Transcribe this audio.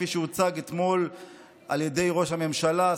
כפי שהוצגה אתמול על ידי ראש הממשלה,